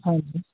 ਹਾਂਜੀ